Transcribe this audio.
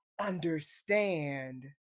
understand